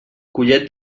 collet